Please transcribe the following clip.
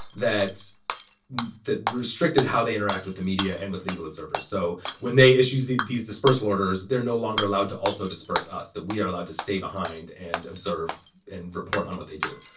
that that restricted how they interact with the media and with legal observers. so when they issued these dispersal orders, they're no longer allowed to also disperse us, that we are allowed to stay behind and observe and report on what they do.